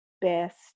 best